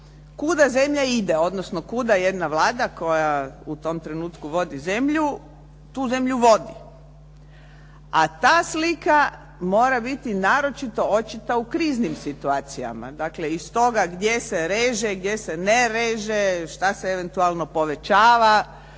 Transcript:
kuda zemlja ide, odnosno kuda jedna Vlada koja u tom trenutku vodi zemlju tu zemlju vodi. A ta slika mora biti naročito očita u kriznim situacijama, dakle, iz toga gdje se reže, gdje se ne reže, šta se eventualno povećava